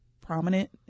prominent